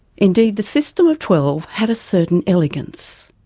indeed, the system of twelve had a certain elegance.